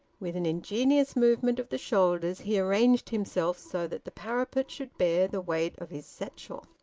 with an ingenious movement of the shoulders he arranged himself so that the parapet should bear the weight of his satchel.